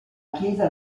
chiesa